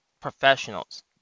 professionals